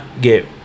get